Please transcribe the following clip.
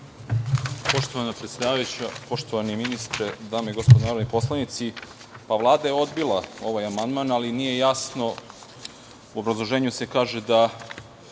Poštovana predsedavajuća, poštovani ministre, dame i gospodo narodni poslanici, Vlada je odbila ovaj amandman, ali nije jasno, u obrazloženju se kaže da